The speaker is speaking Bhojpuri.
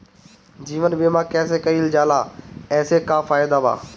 जीवन बीमा कैसे कईल जाला एसे का फायदा बा?